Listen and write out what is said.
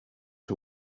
her